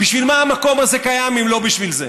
בשביל מה המקום הזה קיים אם לא בשביל זה?